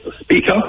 Speaker